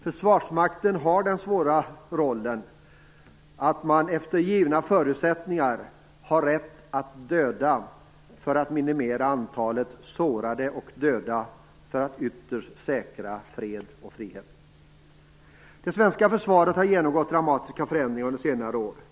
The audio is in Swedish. Försvarsmakten har den svåra rollen att efter givna förutsättningar ha rätt att döda för att minimera antalet sårade och döda för att ytterst säkra fred och frihet. Det svenska försvaret har genomgått dramatiska förändringar under senare år.